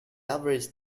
average